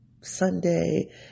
Sunday